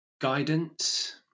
guidance